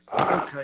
Okay